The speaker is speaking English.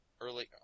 Early